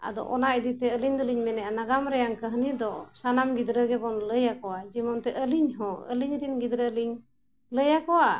ᱟᱫᱚ ᱚᱱᱟ ᱤᱫᱤᱛᱮ ᱟᱹᱞᱤᱧ ᱫᱚᱞᱤᱧ ᱢᱮᱱᱮᱜᱼᱟ ᱱᱟᱜᱟᱢ ᱨᱮᱭᱟᱝ ᱠᱟᱹᱦᱱᱤ ᱫᱚ ᱥᱟᱱᱟᱢ ᱜᱤᱫᱽᱨᱟᱹ ᱜᱮᱵᱚᱱ ᱞᱟᱹᱭᱟᱠᱚᱣᱟ ᱡᱮᱢᱚᱱ ᱛᱮ ᱟᱹᱞᱤᱧ ᱦᱚᱸ ᱟᱹᱞᱤᱧ ᱨᱮᱱ ᱜᱤᱫᱽᱨᱟᱹ ᱞᱤᱧ ᱞᱟᱹᱭᱟᱠᱚᱣᱟ